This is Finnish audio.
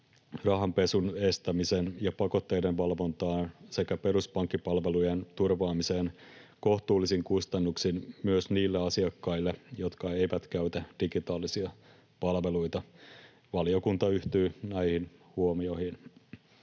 rahanpesun estämisen ja pakotteiden valvontaan sekä peruspankkipalvelujen turvaamiseen kohtuullisin kustannuksin myös niille asiakkaille, jotka eivät käytä digitaalisia palveluja. Valiokunta yhtyy näihin huomioihin.